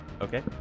Okay